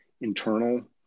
internal